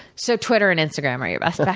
so, twitter and instagram are your best bets.